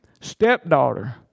stepdaughter